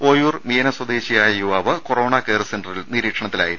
ഓയൂർ മിയന സ്വദേശിയായ യുവാവ് കൊറോണ കെയർ സെന്ററിൽ നിരീക്ഷണത്തിലായിരുന്നു